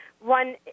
one